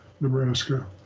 Nebraska